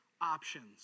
options